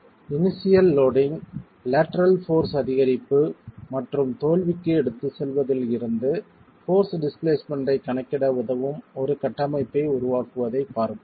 initial loading lateral force அதிகரிப்பு மற்றும் தோல்விக்கு எடுத்துச் செல்வதில் இருந்து போர்ஸ் டிஸ்பிளேஸ்மென்ட் ஐக் கணக்கிட உதவும் ஒரு கட்டமைப்பை உருவாக்குவதைப் பார்ப்போம்